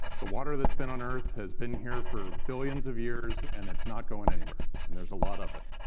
the water that's been on earth has been here for billions of years, and it's not going anywhere. and there's a lot of it.